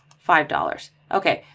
five dollars. okay,